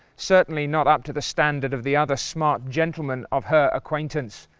certainly not up to the standard of the other smart gentleman of her acquaintance.